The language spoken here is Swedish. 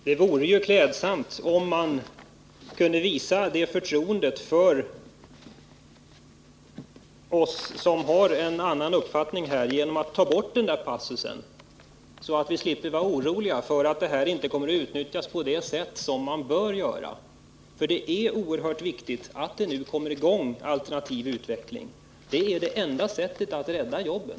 Herr talman! Det vore ju klädsamt om man kunde visa det förtroendet för oss som har en annan uppfattning att man tog bort passusen om enighet i styrelsen, så att vi slipper vara oroliga för att avtalet inte kommer att utnyttjas på det sätt som man bör göra. Det är oerhört viktigt att det nu kommer i gång alternativ utveckling. Det är det enda sättet att rädda jobben.